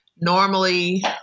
normally